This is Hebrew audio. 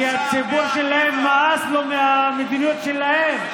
כי לציבור שלהם נמאס מהמדיניות שלהם.